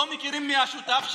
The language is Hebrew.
לא מכירים מי השותף שלו?